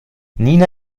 nina